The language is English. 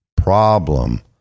Problem